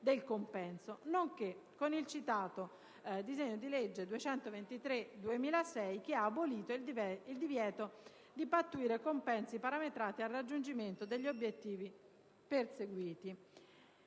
del compenso, nonché con il citato D.L. n. 223/2006, che ha abolito il divieto di pattuire compensi parametrati al raggiungimento degli obiettivi perseguiti